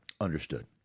Understood